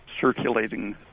circulating